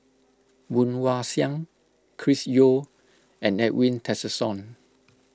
Woon Wah Siang Chris Yeo and Edwin Tessensohn